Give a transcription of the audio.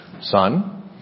Son